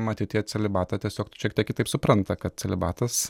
matyt jie celibatą tiesiog šiek tiek kitaip supranta kad celibatas